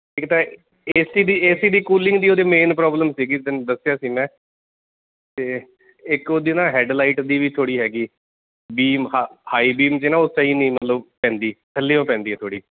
ਇਕ ਤਾਂ A C ਦੀ ਏ ਸੀ ਦੀ ਕੂਲਿੰਗ ਦੀ ਉਹਦੀ ਮੇਨ ਪ੍ਰੋਬਲਮ ਸੀਗੀ ਤੈਨੂੰ ਦੱਸਿਆ ਸੀ ਮੈਂ ਅਤੇ ਇੱਕ ਉਹਦੀ ਨਾ ਹੈਡਲਾਈਟ ਦੀ ਵੀ ਥੋੜ੍ਹੀ ਹੈਗੀ ਬੀਮ ਹਾ ਹਾਈ ਬੀਮ ਜਿਹੀ ਨਾ ਉਹ ਸਹੀ ਨਹੀਂ ਮਤਲਬ ਪੈਂਦੀ ਥੱਲਿਓ ਪੈਂਦੀ ਆ ਥੋੜ੍ਹੀ